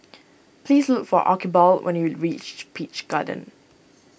please look for Archibald when you reach Peach Garden